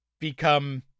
become